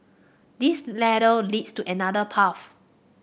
this ladder leads to another path